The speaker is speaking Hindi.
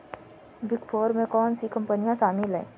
बिग फोर में कौन सी कंपनियाँ शामिल हैं?